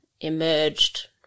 emerged